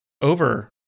over